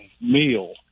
meal